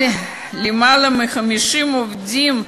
אבל יותר מ-50 עובדים,